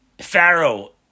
Pharaoh